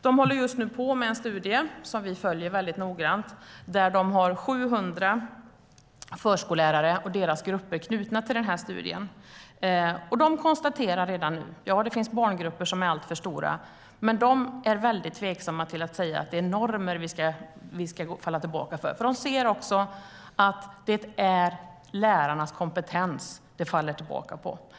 De håller på med en studie som vi följer väldigt noggrant. De har 700 förskollärare och deras grupper knutna till den här studien. De konstaterar redan nu att det finns barngrupper som är alltför stora, men de är väldigt tveksamma till att säga att det är normer vi ska falla tillbaka på. De ser att det är lärarnas kompetens det kommer an på.